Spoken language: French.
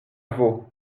vaut